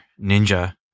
ninja